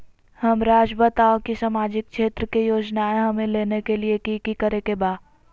हमराज़ बताओ कि सामाजिक क्षेत्र की योजनाएं हमें लेने के लिए कि कि करे के बा?